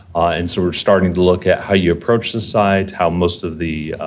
and so, we're starting to look at how you approach the site, how most of the